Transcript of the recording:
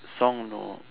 song no